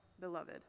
Beloved